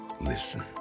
Listen